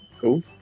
Cool